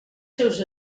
seus